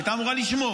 שהייתה אמורה לשמור.